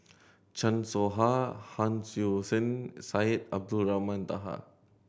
Chan Soh Ha Hon Sui Sen Syed Abdulrahman Taha